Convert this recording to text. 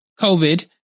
COVID